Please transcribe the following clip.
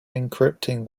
encrypting